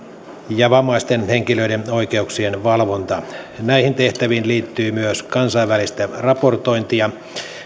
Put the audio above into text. ja vammaisten henkilöiden oikeuksien valvonta näihin tehtäviin liittyy myös kansainvälistä raportointia